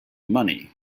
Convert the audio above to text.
money